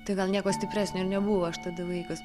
tai gal nieko stipresnio ir nebuvo aš tada vaikas